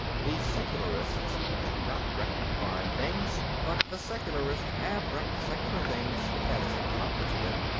the secularists have not wrecked divine things but the secularists have wrecked secular things, if that is any comfort to them.